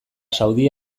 saudi